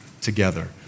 together